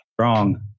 wrong